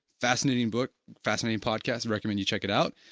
fascinating book, fascinating podcast, recommend you check it out,